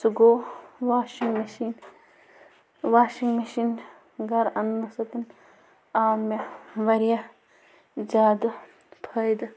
سُہ گوٚو washing machine washing machine گَرٕ اَنٛنہٕ سۭتۍ آو مےٚ واریاہ زیادٕ فٲیِدٕ